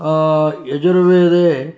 यजुर्वेदे